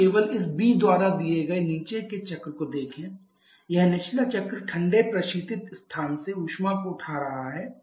यहाँ केवल इस B द्वारा दिए गए नीचे के चक्र को देखें यह निचला चक्र ठंडे प्रशीतित स्थान से ऊष्मा को उठा रहा है